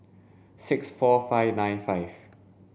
six four five nine five